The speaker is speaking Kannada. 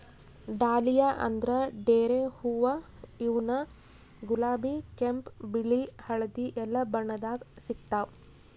ಡಾಲಿಯಾ ಅಂದ್ರ ಡೇರೆ ಹೂವಾ ಇವ್ನು ಗುಲಾಬಿ ಕೆಂಪ್ ಬಿಳಿ ಹಳ್ದಿ ಎಲ್ಲಾ ಬಣ್ಣದಾಗ್ ಸಿಗ್ತಾವ್